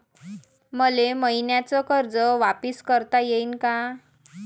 मले मईन्याचं कर्ज वापिस करता येईन का?